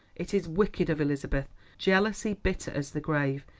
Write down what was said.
it is wicked of elizabeth jealousy bitter as the grave.